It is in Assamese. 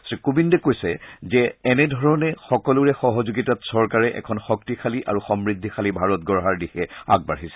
শ্ৰীকোবিন্দে কৈছে যে এনেধৰণে সকলোৰে সহযোগিতাত চৰকাৰে এখন শক্তিশালী আৰু সমূদ্ধিশালী ভাৰত গঢ়াৰ দিশে আগবাঢ়িছে